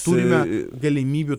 turime galimybių